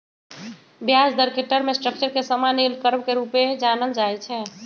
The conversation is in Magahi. ब्याज दर के टर्म स्ट्रक्चर के समान्य यील्ड कर्व के रूपे जानल जाइ छै